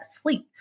sleep